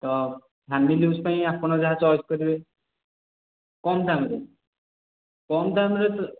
ତ family use ପାଇଁ ଆପଣ ଯାହା ଚଏସ୍ କରିବେ କମ୍ ଦାମ୍ରେ କମ୍ ଦାମ୍ରେ ତ